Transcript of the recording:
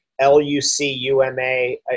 L-U-C-U-M-A